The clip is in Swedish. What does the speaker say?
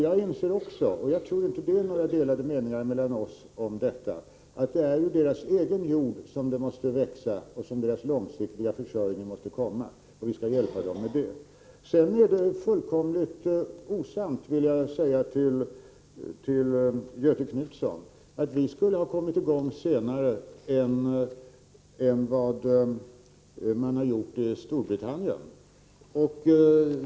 Jag inser också — och jag Om katastrofinsattror inte att det råder delade meningar om detta mellan oss — att det är ur ser i Etiopien dessa människors egen jord som det måste växa och som deras långsiktiga försörjning måste komma. Vi skall hjälpa dem med det. Det är fullständigt osant, Göthe Knutson, att vi skulle ha kommit i gång senare än vad man har gjort i Storbritannien.